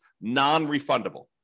non-refundable